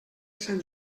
sant